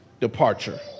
departure